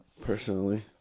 personally